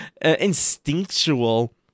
instinctual